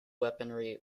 weaponry